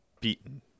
beaten